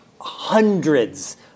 hundreds